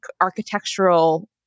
architectural